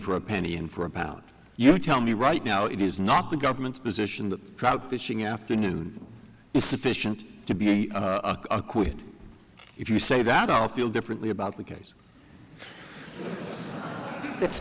for a penny in for a pound you tell me right now it is not the government's position that trout fishing afternoon is sufficient to be acquitted if you say that i'll feel differently about the case it's